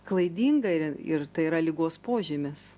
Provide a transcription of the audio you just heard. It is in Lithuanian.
klaidinga ir ir tai yra ligos požymis